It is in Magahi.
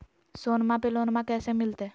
सोनमा पे लोनमा कैसे मिलते?